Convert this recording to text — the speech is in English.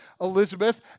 Elizabeth